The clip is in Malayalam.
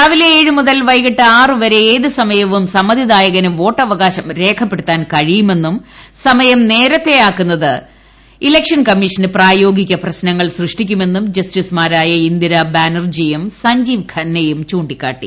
രാവിലെ ഏഴ് മുതൽ വൈകിട്ട് ആറു വരെ ഏതു സമയവും സമ്മതിദായകന് വോട്ടവകാശം രേഖപ്പെടുത്താൻ കഴിയുമെന്നും സമയം നേരത്തെ ആക്കുന്നത് ഇലക്ഷൻകമ്മിഷന് പ്രായോഗിക പ്രശ്നങ്ങൾ സൃഷ്ടിക്കുമെന്നും ജസ്റ്റിസുമാരായ ഇന്ദിരാ ബാനർജിയും സഞ്ജീവ് ഖന്നയും ചൂ ിക്കാട്ടി